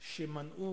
שמנעו